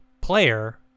player